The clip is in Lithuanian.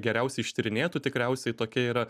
geriausiai ištyrinėtų tikriausiai tokia yra